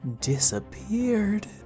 disappeared